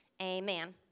amen